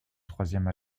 troisième